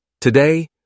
Today